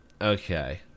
okay